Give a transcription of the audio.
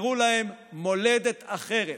יבחרו להם מולדת אחרת.